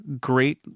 great